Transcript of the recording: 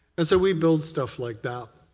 and so we build stuff like that.